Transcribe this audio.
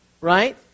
right